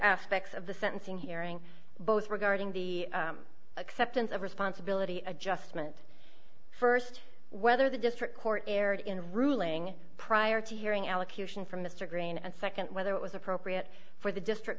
aspects of the sentencing hearing both regarding the acceptance of responsibility adjustment st whether the district court erred in ruling prior to hearing allocution from mr green and secondly whether it was appropriate for the district